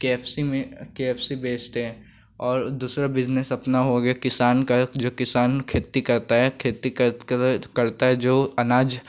के F C में K F C में बेचते हैं और दसरा बिज़नेस अपना हो गया किसान कारत जो किसान खेती करता है खेती करता है जो अनाज उसको